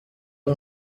اون